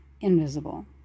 invisible